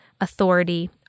authority